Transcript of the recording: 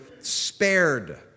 spared